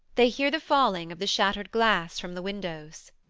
they hear the falling of the shattered glass from the windows.